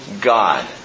God